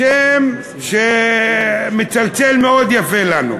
שם שמצלצל מאוד יפה לנו.